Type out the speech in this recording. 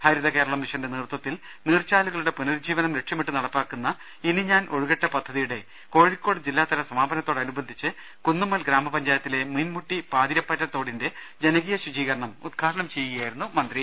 ഹരിത കേരള മിഷ ന്റെ നേതൃത്വത്തിൽ നീർച്ചാലുകളുടെ പുനരുജ്ജീവനം ലക്ഷ്യമിട്ട് നടപ്പാ ക്കുന്ന ഇനി ഞാൻ ഒഴുകട്ടെ പദ്ധതിയുടെ കോഴിക്കോട് ജില്ലാതല സമാപ നത്തോടനുബന്ധിച്ച് കുന്നുമ്മൽ ഗ്രാമപഞ്ചായത്തിലെ മീൻമുട്ടി പാതിരിപ്പറ്റ തോടിന്റെ ജനകീയ ശുചീകരണം ഉദ്ഘാടനം ചെയ്യുകയായിരുന്നു മന്ത്രി